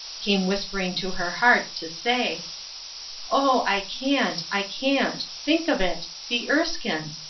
came whispering to her heart to say oh, i can't, i can't. think of it! the erskines!